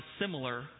similar